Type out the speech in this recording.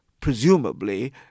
presumably